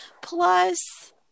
Plus